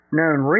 known